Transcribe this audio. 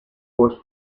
for